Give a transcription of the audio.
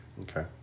Okay